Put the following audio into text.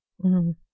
mm